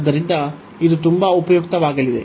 ಆದ್ದರಿಂದ ಇದು ತುಂಬಾ ಉಪಯುಕ್ತವಾಗಲಿದೆ